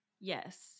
yes